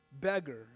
beggar